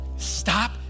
Stop